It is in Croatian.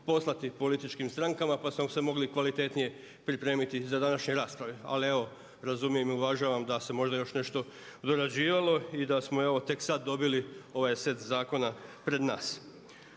poslati političkim strankama pa smo se mogli kvalitetnije pripremiti za današnje rasprave. Ali evo razumijem i uvažavam da se možda još nešto dorađivalo i da smo evo tek sad dobili ovaj set zakona pred nas.